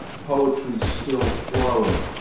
poetry still flowing,